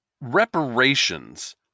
Reparations